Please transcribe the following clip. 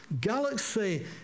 galaxy